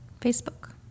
facebook